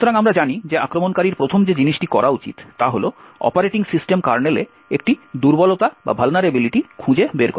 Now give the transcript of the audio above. সুতরাং আমরা জানি যে আক্রমণকারীর প্রথম যে জিনিসটি করা উচিত তা হল অপারেটিং সিস্টেম কার্নেলে একটি দুর্বলতা খুঁজে বের করা